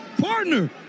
Partner